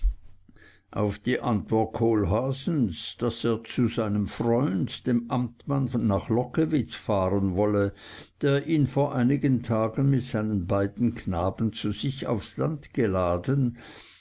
auf die antwort kohlhaasens daß er zu seinem freund dem amtmann nach lockewitz fahren wolle der ihn vor einigen tagen mit seinen beiden knaben zu sich aufs land geladen